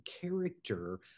character